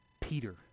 Peter